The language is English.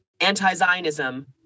anti-Zionism